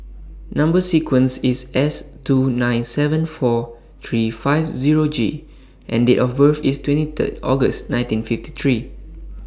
Number sequence IS S two nine seven four three five Zero G and Date of birth IS twenty Third August nineteen fifty three